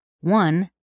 One